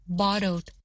bottled